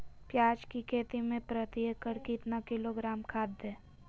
प्याज की खेती में प्रति एकड़ कितना किलोग्राम खाद दे?